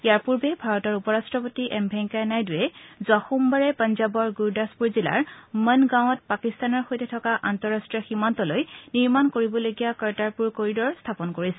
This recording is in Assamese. ইয়াৰ পূৰ্বে ভাৰতৰ উপ ৰাট্টপতি এম ভেংকায়া নাইডৱে যোৱা সোমবাৰে পঞ্জাবৰ গুৰদাসপূৰ জিলাৰ মন গাঁৱত পাকিস্তানৰ সৈতে থকা আন্তঃৰাষ্ট্ৰীয় সীমান্তলৈ নিৰ্মাণ কৰিবলগীয়া কৰ্টাৰপুৰ কৰিডৰৰ স্থাপন কৰিছিল